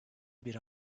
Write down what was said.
bir